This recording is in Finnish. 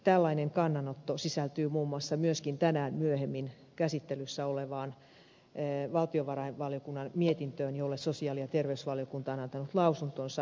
tällainen kannanotto sisältyy muun muassa myöskin tänään myöhemmin käsittelyssä olevaan valtiovarainvaliokunnan mietintöön ja sosiaali ja terveysvaliokunta on antanut lausuntonsa valtiovarainvaliokunnalle